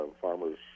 farmers